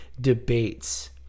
debates